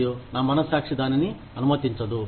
మరియు నా మనసాక్షి దానిని అనుమతించదు